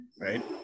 right